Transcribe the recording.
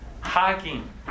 hiking